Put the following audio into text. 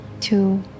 two